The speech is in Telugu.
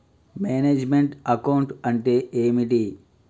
మేనేజ్ మెంట్ అకౌంట్ అంటే ఏమిటి?